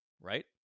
right